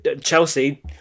Chelsea